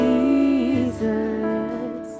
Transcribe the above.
Jesus